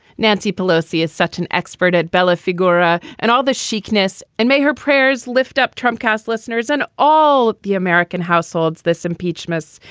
nancy pelosi is such an expert at bella figura and all the chic ness. and may her prayers lift up, trump casts listeners and all the american households. this impeachment's.